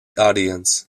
audience